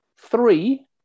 three